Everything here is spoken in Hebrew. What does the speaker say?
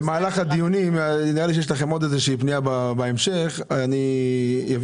נראה לי שיש לכם עוד פנייה בהמשך ואני אביא